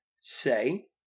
say